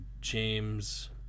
James